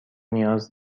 نیاز